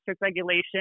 regulation